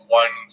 one